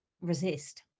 resist